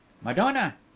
madonna